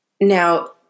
Now